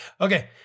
okay